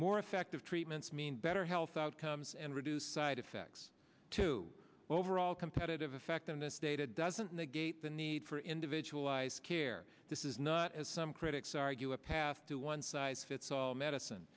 more effective treatments mean better health outcomes and reduce side effects to overall competitive effect and this data doesn't negate the need for individualized care this is not as some critics argue a path to a one size fits all medicine